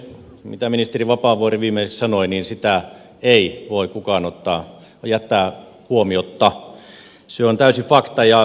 mitä ministeri vapaavuori viimeksi sanoi sitä ei voi kukaan jättää huomiotta se on täysin fakta